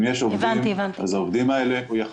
אם יש עובדים אז העובדים האלה הוא היה